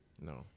No